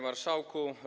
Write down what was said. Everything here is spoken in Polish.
Marszałku!